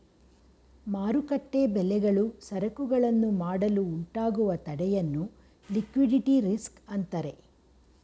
ಮಾರುಕಟ್ಟೆ ಬೆಲೆಗಳು ಸರಕುಗಳನ್ನು ಮಾಡಲು ಉಂಟಾಗುವ ತಡೆಯನ್ನು ಲಿಕ್ವಿಡಿಟಿ ರಿಸ್ಕ್ ಅಂತರೆ